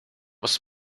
was